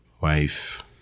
wife